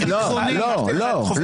אורית, יש לך הצעה לסדר?